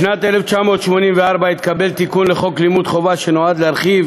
בשנת 1984 התקבל תיקון לחוק לימוד חובה שנועד להרחיב